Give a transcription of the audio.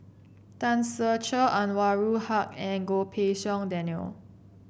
Tan Ser Cher Anwarul Haque and Goh Pei Siong Daniel